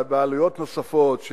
בעלויות נוספות,